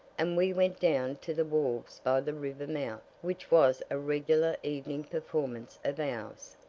and we went down to the walls by the river mouth, which was a regular evening performance of ours.